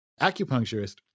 acupuncturist